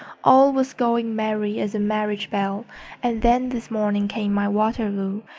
all was going merry as a marriage bell and then this morning came my waterloo,